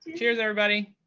cheers, everybody.